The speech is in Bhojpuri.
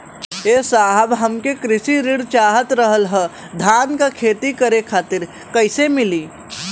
ए साहब हमके कृषि ऋण चाहत रहल ह धान क खेती करे खातिर कईसे मीली?